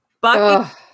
Bucky